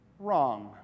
wrong